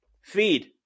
feed